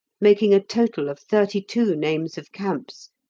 making a total of thirty-two names of camps,